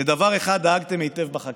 לדבר אחר דאגתם היטב בחקיקה,